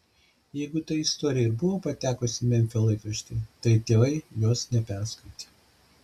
jeigu ta istorija ir buvo patekusi į memfio laikraštį tai tėvai jos neperskaitė